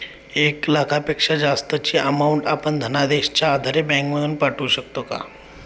एक लाखापेक्षा जास्तची अमाउंट आपण धनादेशच्या आधारे बँक मधून पाठवू शकतो का?